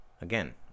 Again